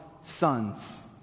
sons